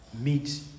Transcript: meet